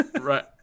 right